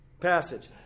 passage